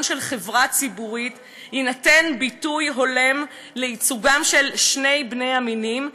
של חברה ציבורית יינתן ביטוי הולם לייצוגם של שני בני המינים,